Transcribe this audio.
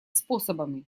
способами